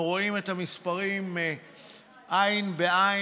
אנחנו לרוב רואים את המספרים עין בעין,